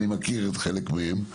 אני מכיר חלק מהם,